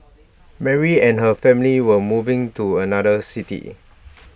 Mary and her family were moving to another city